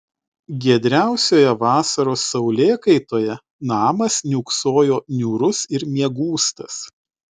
giedriausioje vasaros saulėkaitoje namas niūksojo niūrus ir miegūstas